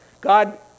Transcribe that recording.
God